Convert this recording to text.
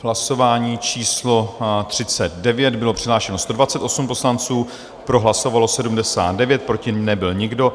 Hlasování číslo 39, bylo přihlášeno 128 poslanců, pro hlasovalo 79, proti nebyl nikdo.